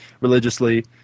religiously